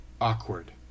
Awkward